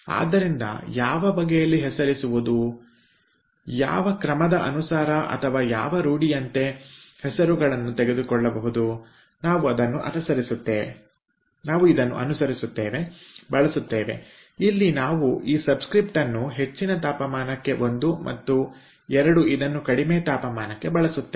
ಆದ್ದರಿಂದ ಯಾವ ಬಗೆಯಲ್ಲಿ ಹೆಸರಿಸುವುದು ಯಾವ ಕ್ರಮದ ಅನುಸಾರ ಅಥವಾ ಯಾವ ರೂಢಿಯಂತೆ ಹೆಸರುಗಳನ್ನು ತೆಗೆದುಕೊಳ್ಳುವುದು ನಾವು ಇದನ್ನು ಅನುಸರಿಸುತ್ತೇವೆ ಬಳಸುತ್ತೇವೆ ಇಲ್ಲಿ ನಾವು ಈ ಸಬ್ಸ್ಕ್ರಿಪ್ಟ್ ಅನ್ನು ಹೆಚ್ಚಿನ ತಾಪಮಾನಕ್ಕೆ ಒಂದು ಮತ್ತು 2 ಇದನ್ನು ಕಡಿಮೆ ತಾಪಮಾನಕ್ಕೆ ಬಳಸುತ್ತೇವೆ